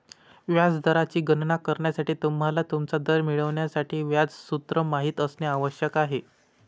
व्याज दराची गणना करण्यासाठी, तुम्हाला तुमचा दर मिळवण्यासाठी व्याज सूत्र माहित असणे आवश्यक आहे